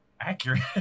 accurate